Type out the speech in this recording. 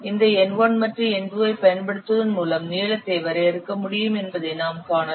இந்த N 1 மற்றும் N 2 ஐப் பயன்படுத்துவதன் மூலம் நீளத்தை வரையறுக்க முடியும் என்பதை நாம் காணலாம்